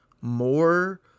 more